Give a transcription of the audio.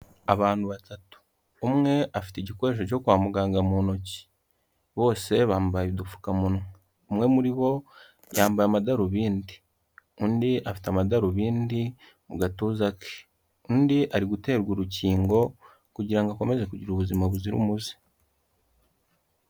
Abantu batatu umwe afite igikoresho cyo kwa muganga mu ntoki, bose bambaye udupfukamunwa, umwe muri bo yambaye amadarubindi undi afite amadarubindi mu gatuza ke, undi ari guterwa urukingo kugira ngo akomeze kugira ubuzima buzira umuze.